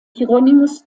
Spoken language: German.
hieronymus